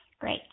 Great